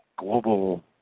Global